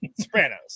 Sopranos